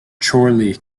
chorley